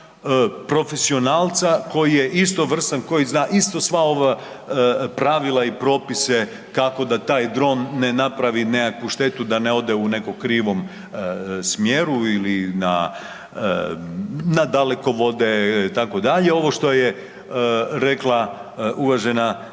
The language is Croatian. profesionalca koji je istovrstan, koji zna sva ova pravila i propise kako da taj dron ne napravi nekakvu štetu, da ne ode u nekom krivom smjeru ili na dalekovode itd. ovo što je rekla uvažena